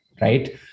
right